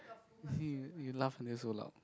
you you laugh until so loud